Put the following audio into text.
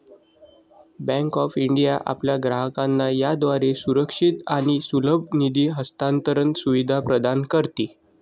bank of India आपल्या ग्राहकांना याद्वारे सुरक्षित आणि सुलभ निधी हस्तांतरण सुविधा प्रदान करते